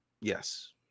yes